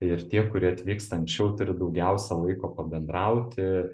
ir tie kurie atvyksta anksčiau turi daugiausia laiko pabendrauti